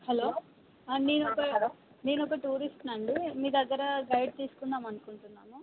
hello నేను ఒక నేను ఒక టూరిస్ట్ ని అండి మీ దగ్గర గైడ్ తీసుకుందాము అనుకుంటున్నాను